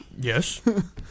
Yes